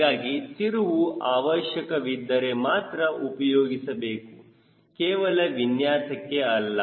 ಹೀಗಾಗಿ ತಿರುವು ಆವಶ್ಯಕ ವಿದ್ದರೆ ಮಾತ್ರ ಉಪಯೋಗಿಸಬೇಕು ಕೇವಲ ವಿನ್ಯಾಸಕ್ಕೆ ಅಲ್ಲ